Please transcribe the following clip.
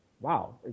wow